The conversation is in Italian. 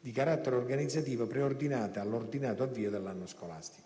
di carattere organizzativo preordinate all'ordinato avvio dell'anno scolastico.